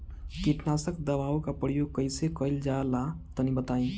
कीटनाशक दवाओं का प्रयोग कईसे कइल जा ला तनि बताई?